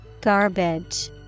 Garbage